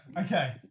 Okay